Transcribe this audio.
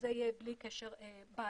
שזה יהיה בלי קשר בעיה.